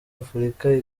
afurika